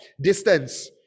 distance